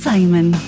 Simon